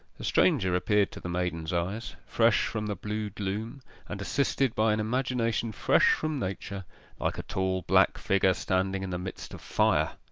the stranger appeared to the maiden's eyes fresh from the blue gloom, and assisted by an imagination fresh from nature like a tall black figure standing in the midst of fire.